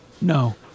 No